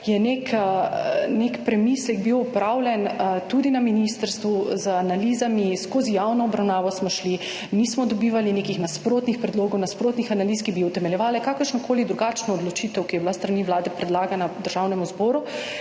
nek premislek bil opravljen tudi na ministrstvu z analizami, skozi javno obravnavo smo šli, nismo dobivali nekih nasprotnih predlogov, nasprotnih analiz, ki bi utemeljevale kakršnokoli drugačno odločitev, ki je bila s strani Vlade predlagana Državnemu zboru